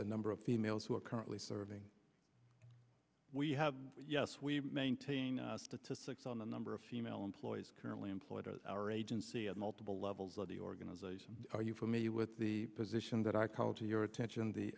the number of females who are currently serving we have yes we maintain statistics on the number of female employees currently employed as our agency at multiple levels of the organization are you familiar with the position that i call to your attention the